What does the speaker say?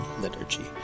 Liturgy